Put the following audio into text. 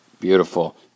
Beautiful